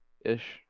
ish